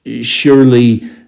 Surely